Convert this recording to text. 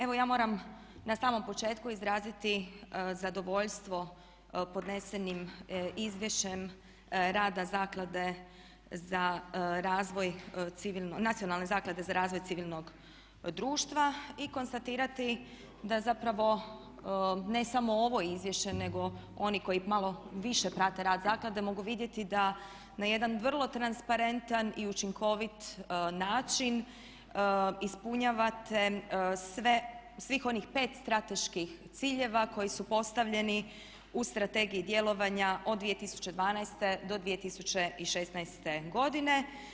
Evo ja moram na samom početku izraziti zadovoljstvo podnesenim izvješćem rada zaklade za razvoj, Nacionalne zaklade za razvoj civilnog društva i konstatirati da zapravo ne samo ovo izvješće, nego oni koji malo više prate rad zaklade mogu vidjeti da na jedan vrlo transparentan i učinkovit način ispunjavate sve, svih onih pet strateških ciljeva koji su postavljeni u Strategiji djelovanja od 2012. do 2016. godine.